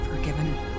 forgiven